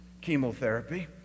Chemotherapy